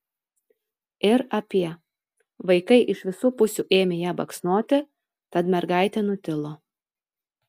ir apie vaikai iš visų pusių ėmė ją baksnoti tad mergaitė nutilo